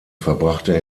verbrachte